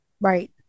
Right